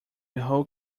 whole